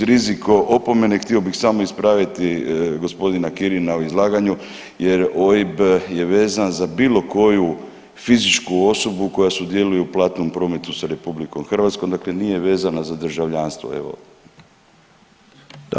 Uz riziko opomene htio bih samo ispraviti gospodina Kirina u izlaganju jer OIB je vezan za bilo koju fizičku osobu koja sudjeluje u platnom prometu sa RH, dakle nije vezana za državljanstvo, evo.